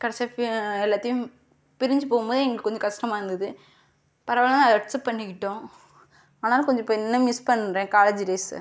கடைசி எல்லாத்தையும் பிரிஞ்சு போகும் போது எனக்கு கொஞ்சம் கஷ்டமாக இருந்தது பரவாயில்லை அதை அக்செப்ட் பண்ணிகிட்டோம் அதனால் கொஞ்சம் இன்னும் மிஸ் பண்றேன் காலேஜ் டேஸ்சை